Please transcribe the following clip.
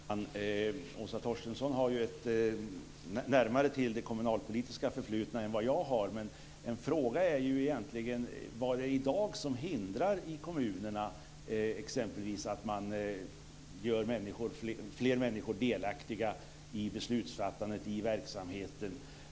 Fru talman! Åsa Torstensson har ju närmare till sitt kommunalpolitiska förflutna än vad jag har, men en fråga är ju vad det är som i dag hindrar att man i kommunerna gör fler människor delaktiga exempelvis i beslutsfattandet och i verksamheten.